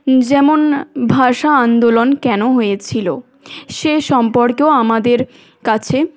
যেমন ভাষা আন্দোলন কেন হয়েছিলো সে সম্পর্কেও আমাদের কাছে